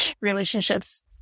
relationships